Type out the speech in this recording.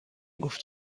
گفت